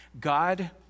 God